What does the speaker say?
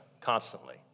constantly